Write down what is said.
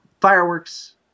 fireworks